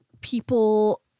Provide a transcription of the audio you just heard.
people